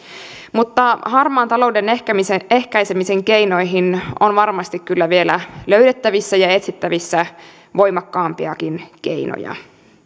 mutta harmaan talouden ehkäisemisen ehkäisemisen keinoihin on varmasti kyllä vielä löydettävissä ja etsittävissä voimakkaampiakin keinoja